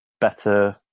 better